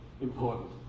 important